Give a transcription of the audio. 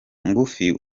ngufi